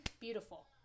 Beautiful